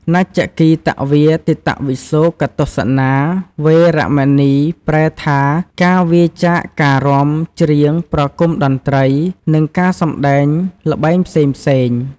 នច្ចគីតវាទិតវិសូកទស្សនា វេរមណី ប្រែថា ការវៀរចាកការរាំ ច្រៀង ប្រគំតន្ត្រី និងការសម្ដែងល្បែងផ្សេងៗ។